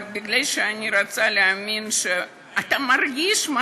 אבל מכיוון שאני רוצה להאמין שאתה מרגיש מה